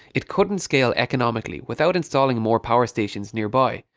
it couldn't scale economically without installing more power stations nearby,